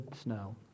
snow